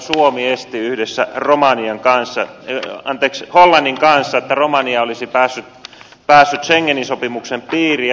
suomi esti yhdessä hollannin kanssa yöllä anteeksi hollaninkaisen romaani olisi romanian pääsyn schengenin sopimuksen piiriin